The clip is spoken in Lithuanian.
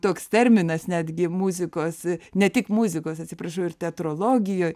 toks terminas netgi muzikos ne tik muzikos atsiprašau ir teatrologijoj